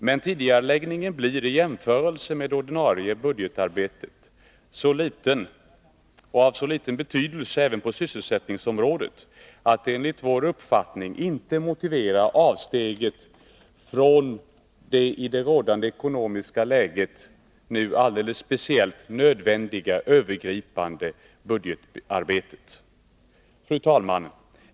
Men tidigareläggningen blir i jämförelse med det ordinarie budgetarbetet så liten att den är av mindre betydelse även på sysselsättningsområdet och motiverar enligt vår uppfattning inte avsteget från det nödvändiga övergripande budgetarbete som är alldeles speciellt nödvändigt i det rådande ekonomiska läget. Fru talman!